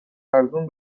ارزون